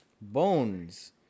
Bones